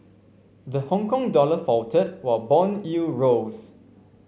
the Hongkong dollar faltered while bond yields rose